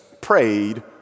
prayed